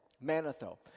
Manetho